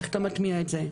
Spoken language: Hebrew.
איך אתה מטמיע את זה,